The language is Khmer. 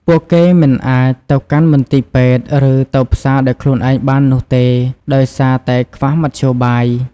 ពួកគេមិនអាចទៅកាន់មន្ទីរពេទ្យ ឬទៅផ្សារដោយខ្លួនឯងបាននោះទេ ដោយសារតែខ្វះមធ្យោបាយ។